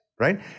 Right